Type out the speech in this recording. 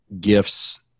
gifts